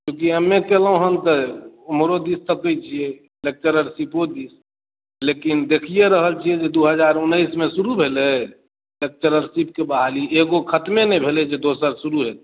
Ebury M A केलहुॅं हन तऽ ओम्हरो दिस तकैय छियै लेक्चररशिपो दिस लेकिन देखिये रहल छियै जे दू हज़ार उन्नैस मे शुरु भेलै लेक्चररशिपके बहाली एगो खत्मे नहि भेलै जे दोसर शुरु हेतै